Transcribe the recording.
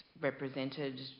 represented